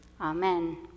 Amen